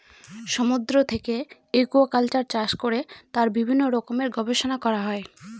সমুদ্র থেকে একুয়াকালচার চাষ করে তার বিভিন্ন রকমের গবেষণা করা হয়